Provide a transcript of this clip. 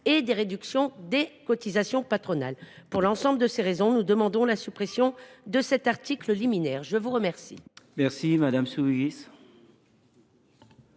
et des réductions des cotisations patronales. Pour toutes ces raisons, nous demandons la suppression de l’article liminaire. La parole